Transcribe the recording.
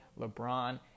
LeBron